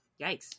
Yikes